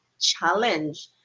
challenge